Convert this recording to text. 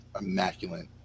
immaculate